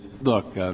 look